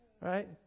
Right